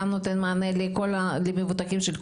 ותודות לממשלה ולמשרד האוצר ומשרד הבריאות